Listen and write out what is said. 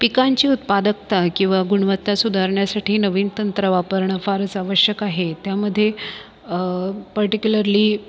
पिकांची उत्पादकता किंवा गुणवत्ता सुधारण्यासाठी नवीन तंत्र वापरणं फारच आवश्यक आहे त्यामधे पर्टिक्युलरली